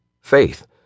faith